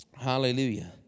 Hallelujah